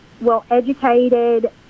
well-educated